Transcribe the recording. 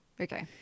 Okay